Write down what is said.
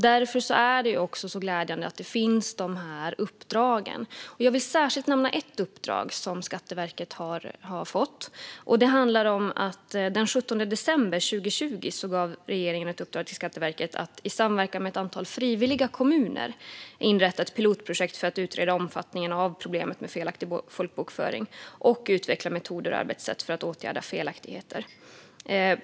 Det är därför glädjande med dessa uppdrag, och jag vill särskilt nämna ett. Den 17 december 2020 gav regeringen ett uppdrag till Skatteverket att i samverkan med ett antal frivilliga kommuner inrätta ett pilotprojekt för att utreda omfattningen av problemet med folkbokföring och utveckla metoder och arbetssätt för att åtgärda felaktigheter.